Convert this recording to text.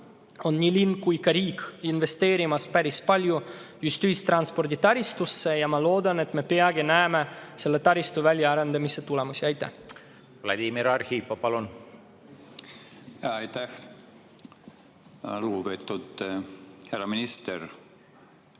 nii linn kui ka riik investeerivad päris palju just ühistranspordi taristusse ja ma loodan, et peagi me näeme selle taristu väljaarendamise tulemusi. Aitäh